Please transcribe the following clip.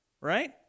right